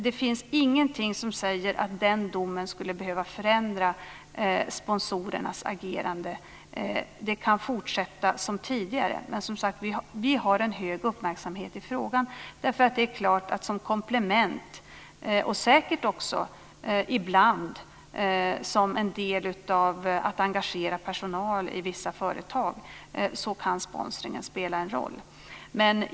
Det finns ingenting som säger att den domen skulle behöva förändra sponsorernas agerande. De kan fortsätta som tidigare. Vi har en hög uppmärksamhet i frågan. Som ett komplement, och säkert ibland som ett sätt att engagera personal i vissa företag, kan sponsringen spela en roll.